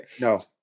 No